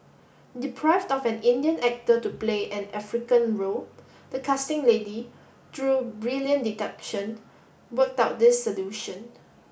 deprived of an Indian actor to play an African role the casting lady through brilliant deduction worked out this solution